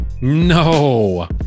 No